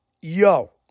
yo